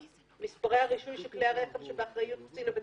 מספרי הרישוי של כלי הרכב שבאחריות קצין הבטיחות,